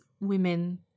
women